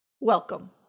welcome